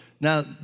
Now